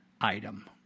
item